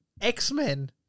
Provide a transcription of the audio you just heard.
X-Men